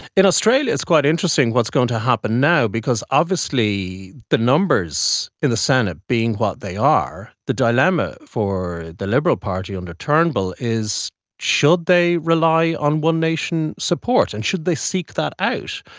in australia it's quite interesting what's going to happen now because obviously the numbers in the senate being what they are, the dilemma for the liberal party under turnbull is should they rely on one nation support and should they seek that out?